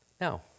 no